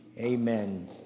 amen